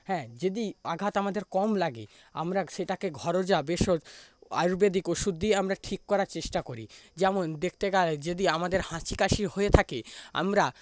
হ্যাঁ যদি আঘাত আমাদের কম লাগে আমরা সেটাকে ঘরোয়া ভেষজ আয়ুর্বেদিক ওষুধ দিয়ে আমরা ঠিক করার চেষ্টা করি যেমন দেখতে গেলে যদি আমাদের হাঁচি কাশি হয়ে থাকে আমরা